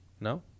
No